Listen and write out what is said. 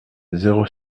zéro